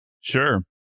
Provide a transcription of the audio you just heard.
Sure